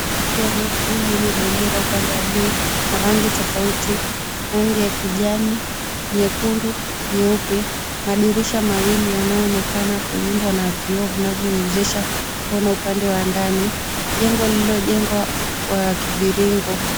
Jengo refu, lenye bendera upande wa juu, na rangi tofauti, rangi ya kijani, nyekundu, nyeupe. Madirisha mawili yanayoonekana kuundwa na vioo vinayowezesha kuona upande wa ndani. Jengo lililojengwa kwa kiviringo.